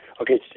Okay